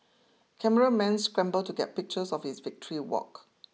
cameramen scramble to get pictures of his victory walk